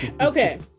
okay